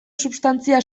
substantzia